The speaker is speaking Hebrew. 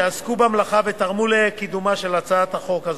שעסקו במלאכה ותרמו לקידומה של הצעת החוק הזאת.